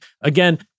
again